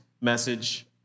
message